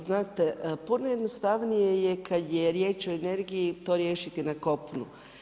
Znate, puno jednostavnije je kad je riječ o energiji to riješiti na kopnu.